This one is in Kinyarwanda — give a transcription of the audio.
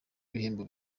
ibihembo